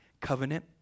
covenant